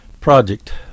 project